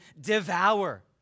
Devour